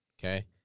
Okay